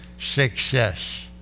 success